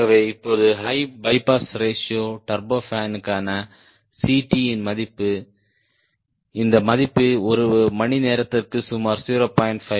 ஆகவே இப்போது high bypass ratio டர்போபனுக்கான Ct இன் மதிப்பு இந்த மதிப்பு ஒரு மணி நேரத்திற்கு சுமார் 0